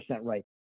right